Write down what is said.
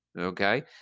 okay